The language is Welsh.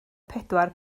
pedwar